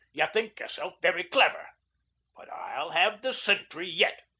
ye think yourself very clever but i'll have the centry yet.